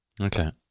okay